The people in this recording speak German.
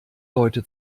leute